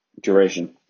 duration